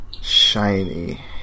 Shiny